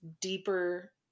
deeper